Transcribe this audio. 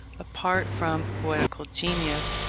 apart from poetical genius,